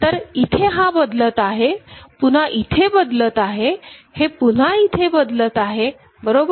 तर इथे हा बदलत आहे पुन्हा इथे बदलत आहे हे पुन्हा इथे बदलत आहे बरोबर